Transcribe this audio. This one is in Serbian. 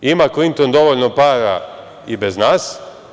Ima Klinton dovoljno para i bez nas.